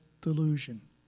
delusion